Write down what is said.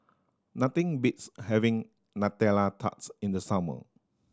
nothing beats having nutella tarts in the summer